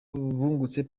bungutse